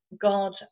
God